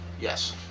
yes